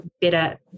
better